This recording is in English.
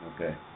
Okay